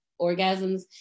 orgasms